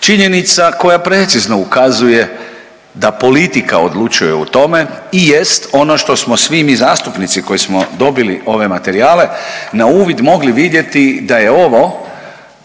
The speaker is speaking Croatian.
Činjenica koja precizno ukazuje da politika odlučuje o tome i jest ono što smo svi mi zastupnici koji smo dobili ove materijale na uvid mogli vidjeti da je ovo